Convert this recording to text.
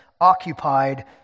occupied